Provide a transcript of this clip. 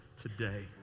today